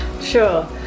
Sure